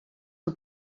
aux